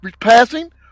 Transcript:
passing